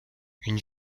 une